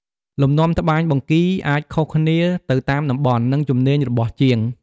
លំនាំត្បាញបង្គីអាចខុសគ្នាទៅតាមតំបន់ និងជំនាញរបស់ជាង។